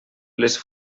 les